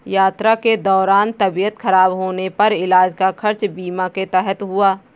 यात्रा के दौरान तबियत खराब होने पर इलाज का खर्च बीमा के तहत हुआ